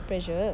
pressure